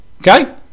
okay